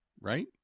Right